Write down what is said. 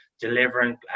delivering